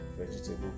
vegetable